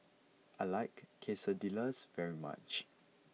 I like Quesadillas very much